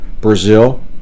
Brazil